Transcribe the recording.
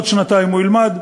עוד שנתיים הוא ילמד,